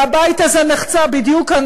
והבית הזה נחצה בדיוק כאן,